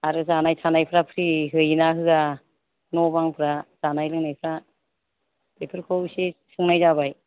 आरो जानाय थानायफोरा फ्रि होयोना होआ न' बांफोरा जानाय लोंनायफोरा बेफोरखौ इसे सोंनाय जाबाय